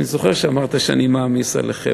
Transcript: אני זוכר שאמרת שאני מעמיס עליכם,